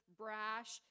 brash